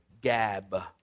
Gab